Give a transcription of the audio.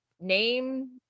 name